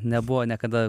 nebuvo niekada